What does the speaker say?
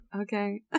okay